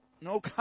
no